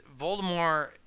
Voldemort